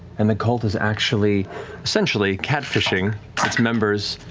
and the cult is actually essentially catfishing its members.